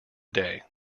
day